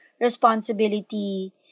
responsibility